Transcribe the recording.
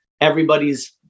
Everybody's